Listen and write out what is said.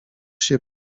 się